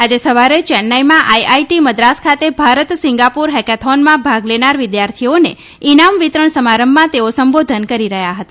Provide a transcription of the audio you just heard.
આજે સવારે ચેન્નાઈમાં આઈઆઈટી મદ્રાસ ખાતે ભારત સિંગાપુર હેકેથોનમાં ભાગ લેનાર વિદ્યાર્થીઓને ઈનામ વિતરણ સમારંભમાં તેઓ સંબોધન કરી રહયાં હતા